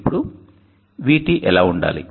ఇప్పుడు VT ఎలా ఉండాలి